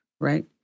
right